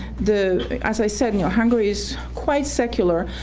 the as i said, hungary is quite secular,